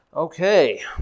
Okay